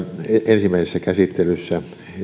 ensimmäisessä käsittelyssä